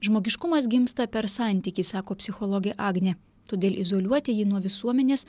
žmogiškumas gimsta per santykį sako psichologė agnė todėl izoliuoti jį nuo visuomenės